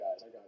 guys